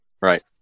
Right